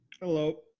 hello